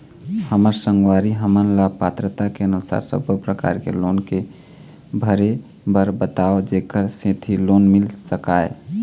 हमर संगवारी हमन ला पात्रता के अनुसार सब्बो प्रकार के लोन के भरे बर बताव जेकर सेंथी लोन मिल सकाए?